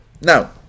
Now